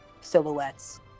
silhouettes